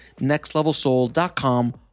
nextlevelsoul.com